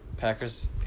Packers